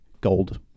gold